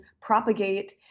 propagate